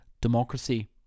democracy